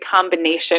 combination